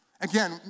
again